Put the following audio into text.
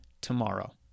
tomorrow